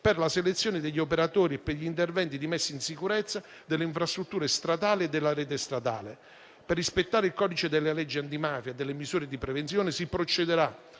per la selezione degli operatori e per gli interventi di messa in sicurezza delle infrastrutture stradali e della rete stradale. Per rispettare il codice delle leggi antimafia e delle misure di prevenzione, si procederà